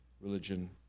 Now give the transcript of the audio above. religion